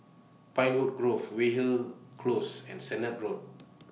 Pinewood Grove Weyhill Close and Sennett Road